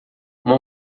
uma